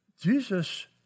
Jesus